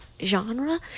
genre